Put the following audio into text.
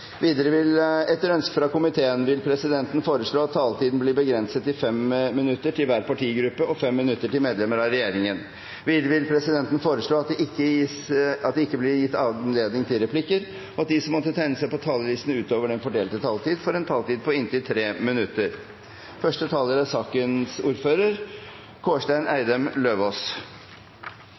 Videre vil presidenten foreslå at det ikke blir gitt anledning til replikker, og at de som måtte tegne seg på talerlisten utover den fordelte taletid, får en taletid på inntil 3 minutter. – Det anses vedtatt. Takk til komiteen for arbeidet som er